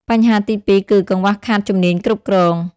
បញ្ហាទីពីរគឺ កង្វះខាតជំនាញគ្រប់គ្រង។